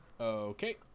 Okay